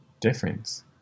difference